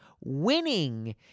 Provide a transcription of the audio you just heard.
winning